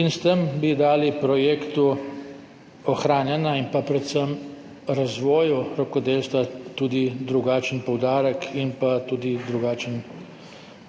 S tem bi dali projektu ohranjanja in pa predvsem razvoju rokodelstva tudi drugačen poudarek in pa tudi drugačen